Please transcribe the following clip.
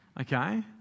okay